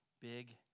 big